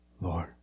Lord